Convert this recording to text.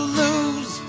lose